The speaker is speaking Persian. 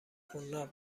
حناق